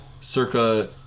Circa